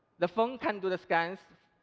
the phone can do the scans